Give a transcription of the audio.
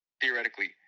theoretically